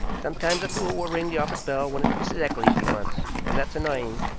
sometimes a fool will ring the office bell when it's mrs. eccles he wants, and that's annoying.